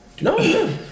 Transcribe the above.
No